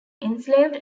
enslaved